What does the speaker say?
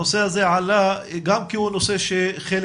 הנושא הזה עלה גם כי הוא נושא שהוא חלק